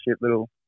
little